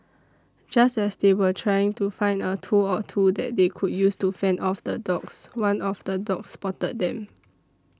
just as they were trying to find a tool or two that they could use to fend off the dogs one of the dogs spotted them